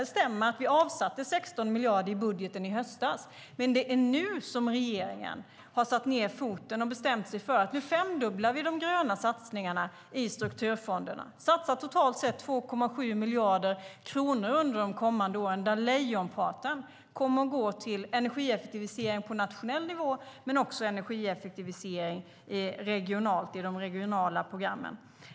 Det stämmer att vi avsatte 16 miljarder i budgeten i höstas, men det är nu som regeringen satt ned foten och bestämt sig för att femdubbla de gröna satsningarna i strukturfonderna. Vi satsar totalt 2,7 miljarder kronor under de kommande åren. Lejonparten kommer att gå till energieffektivisering på nationell nivå men också till energieffektivisering regionalt, i de regionala programmen.